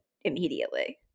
immediately